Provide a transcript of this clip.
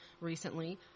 recently